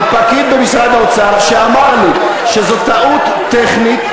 מפקיד במשרד האוצר, שאמר לי שזאת טעות טכנית,